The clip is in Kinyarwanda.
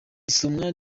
isomwa